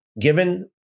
given